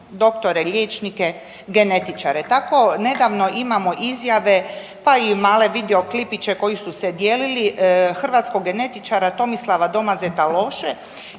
doktore liječnike genetičare? Tako nedavno imamo izjave pa i male video klipiće koji su se dijelili hrvatskog genetičara Tomislava Domazeta Loše